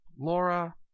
Laura